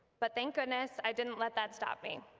but thank goodness i didn't let that stop me.